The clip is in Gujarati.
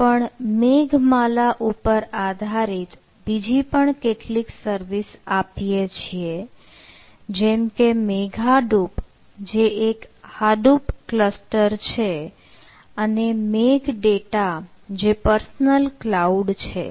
પણ મેઘમાલા ઉપર આધારિત બીજી પણ કેટલીક સર્વિસ આપીએ છીએ જેમકે મેઘાડુપ કે જે એક Hadoop ક્લસ્ટર છે અને મેઘ ડેટા જે પર્સનલ ક્લાઉડ છે